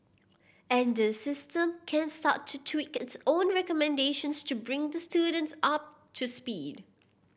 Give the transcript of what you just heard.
and the system can start to tweak its own recommendations to bring the students up to speed